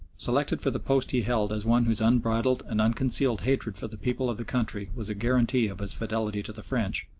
selected for the post he held as one whose unbridled and unconcealed hatred for the people of the country was a guarantee of his fidelity to the french,